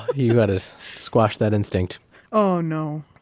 you got to just squash that instinct oh, no